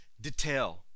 detail